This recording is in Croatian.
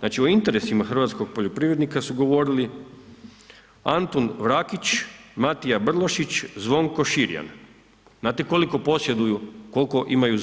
Znači o interesima hrvatskog poljoprivrednika su govorili Antun Vrakić, Matija Brlošić, Zvonko Širjan, znate koliko posjeduju, koliko imaju